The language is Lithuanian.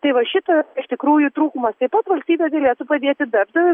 tai va šito iš tikrųjų trūkumas taip pat valstybė galėtų padėti darbdaviui